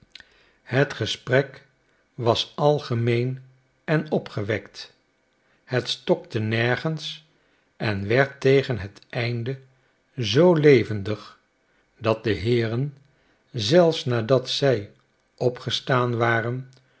het gesprek was algemeen en opgewekt het stokte nergens en werd tegen het einde zoo levendig dat de heeren zelfs nadat zij opgestaan waren